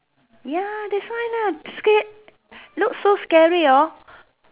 ya that's why lah scared looks so scary hor